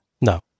No